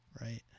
right